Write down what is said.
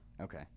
Okay